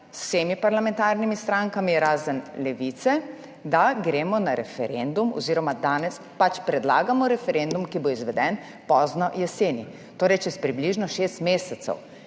z vsemi parlamentarnimi strankami, razen Levice, da gremo na referendum oziroma danes pač predlagamo referendum, ki bo izveden pozno jeseni, čez približno šest mesecev.